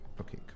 Okay